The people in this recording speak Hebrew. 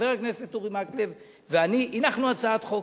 חבר הכנסת אורי מקלב ואני הנחנו הצעת חוק.